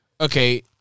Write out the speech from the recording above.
okay